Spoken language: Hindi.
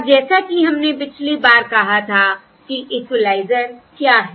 अब जैसा कि हमने पिछली बार कहा था कि इक्विलाइजर क्या है